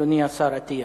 אדוני השר אטיאס,